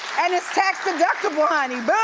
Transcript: and it's tax deductible ah honey, but